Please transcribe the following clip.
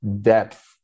depth